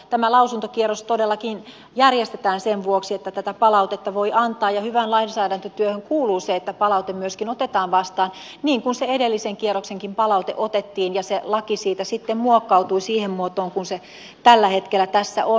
tämä lausuntokierros todellakin järjestetään sen vuoksi että tätä palautetta voi antaa ja hyvään lainsäädäntötyöhön kuuluu se että palaute myöskin otetaan vastaan niin kuin se edellisen kierroksenkin palaute otettiin ja se laki siitä sitten muokkautui siihen muotoon kuin se tällä hetkellä tässä on